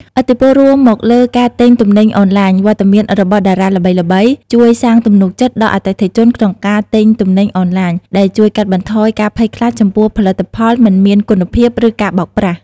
ឥទ្ធិពលរួមមកលើការទិញទំនិញអនទ្បាញ វត្តមានរបស់តារាល្បីៗជួយសាងទំនុកចិត្តដល់អតិថិជនក្នុងការទិញទំនិញអនឡាញ ដែលជួយកាត់បន្ថយការភ័យខ្លាចចំពោះផលិតផលមិនមានគុណភាព ឬការបោកប្រាស់។